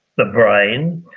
the brain,